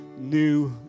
new